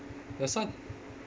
but some